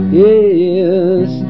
yes